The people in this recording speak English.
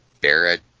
Barrett